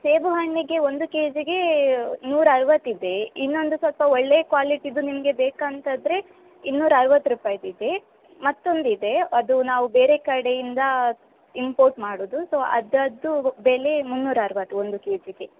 ಸೇಬು ಹಣ್ಣಿಗೆ ಒಂದು ಕೆ ಜಿಗೆ ನೂರ ಐವತ್ತು ಇದೆ ಇನ್ನೊಂದು ಸ್ವಲ್ಪ ಒಳ್ಳೆಯ ಕ್ವಾಲಿಟಿದು ನಿಮಗೆ ಬೇಕಂತಿದ್ರೆ ಇನ್ನೂರ ಐವತ್ತು ರೂಪಾಯ್ದಿದೆ ಮತ್ತೊಂದಿದೆ ಅದು ನಾವು ಬೇರೆ ಕಡೆಯಿಂದ ಇಂಪೋರ್ಟ್ ಮಾಡೋದು ಸೊ ಅದರದ್ದು ಬೆಲೆ ಮುನ್ನೂರ ಅರ್ವತ್ತು ಒಂದು ಕೆ ಜಿಗೆ